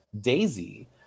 Daisy